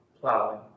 plowing